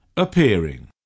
Appearing